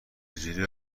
جوری